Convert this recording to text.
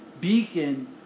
beacon